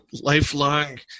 lifelong